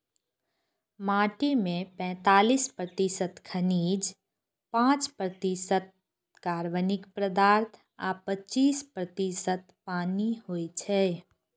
माटि मे पैंतालीस प्रतिशत खनिज, पांच प्रतिशत कार्बनिक पदार्थ आ पच्चीस प्रतिशत पानि होइ छै